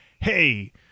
Hey